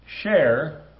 share